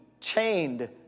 chained